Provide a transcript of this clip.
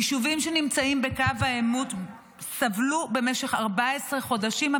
יישובים שנמצאים בקו העימות סבלו במשך 14 חודשים,